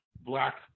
black